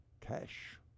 Cash